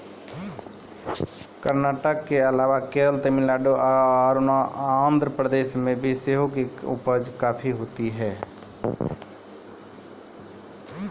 कर्नाटक के अलावा केरल, तमिलनाडु आरु आंध्र प्रदेश मे सेहो काफी के उपजा करलो जाय छै